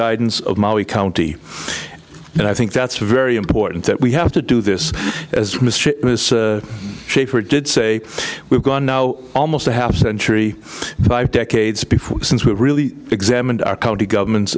guidance of molly county and i think that's very important that we have to do this as shaffer did say we've gone now almost a half century five decades before since we really examined our county government